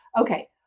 okay